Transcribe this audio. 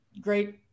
great